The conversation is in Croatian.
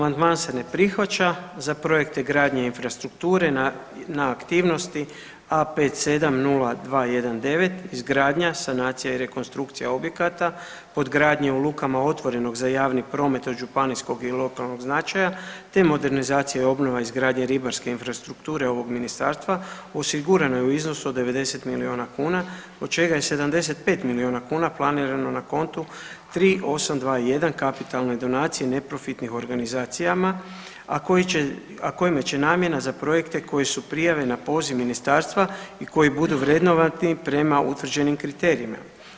Amandman se ne prihvaća, za projekte gradnje infrastrukture na aktivnosti A570219 izgradnja, sanacija i rekonstrukcija objekata podgradnje u lukama otvorenog za javni promet županijskog i lokalnog značaja te modernizacija, obnova, izgradnja ribarske infrastrukture ovog ministarstva osigurana je u iznosu od 90 milijuna kuna od čega je 75 milijuna kuna planirano na kontu 3821 kapitalne donacije neprofitnim organizacijama, a koje će se namijeniti za projekte koji se prijave na poziv ministarstva i budu vrednovani prema utvrđenim kriterijima.